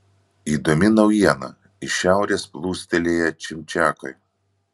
įdomi naujiena iš šiaurės plūstelėję čimčiakai